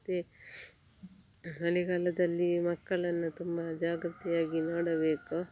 ಮತ್ತು ಮಳೆಗಾಲದಲ್ಲಿ ಮಕ್ಕಳನ್ನು ತುಂಬ ಜಾಗ್ರತೆಯಾಗಿ ನೋಡಬೇಕು